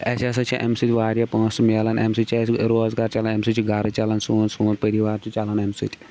اَسہِ ہَسا چھِ اَمہِ سۭتۍ واریاہ پونٛسہٕ مِلَان اَمہِ سۭتۍ چھِ اَسہِ روزگار چلان اَمہِ سۭتۍ چھِ گَرٕ چَلان سون سون پٔریوار چھُ چَلان اَمہِ سۭتۍ